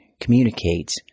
communicates